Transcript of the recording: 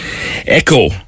Echo